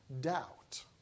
doubt